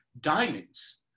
diamonds